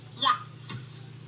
Yes